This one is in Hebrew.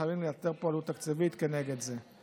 וחייבים לאתר פה מקור תקציבי כנגד זה.